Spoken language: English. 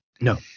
No